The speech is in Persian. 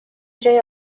جای